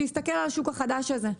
שיסתכל על השוק החדש הזה.